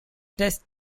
test